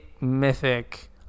Mythic